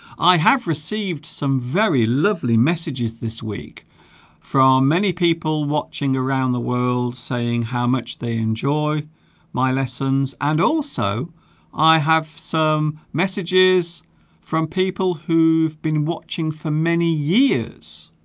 i have received some very lovely messages this week from many people watching around the world saying how much they enjoy my lessons and also i have some messages from people who've been watching for many years